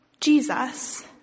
Jesus